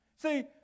See